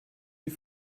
die